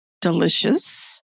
delicious